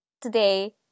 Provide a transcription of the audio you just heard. today